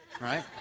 right